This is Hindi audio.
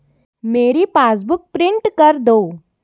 मेरी पासबुक प्रिंट कर दो